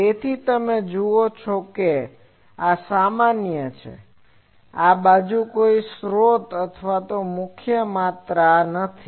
તેથી તમે જુઓ છો કે આ સામાન્ય છે આ બાજુ કોઈ સ્રોત જથ્થો અથવા મુખ્ય માત્રા નથી